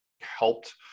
helped